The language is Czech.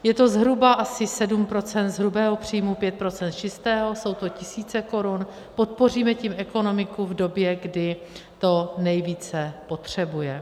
Je to zhruba asi 7 % z hrubého příjmu, 5 % z čistého, jsou to tisíce korun, podpoříme tím ekonomiku v době, kdy to nejvíce potřebuje.